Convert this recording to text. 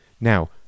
Now